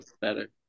better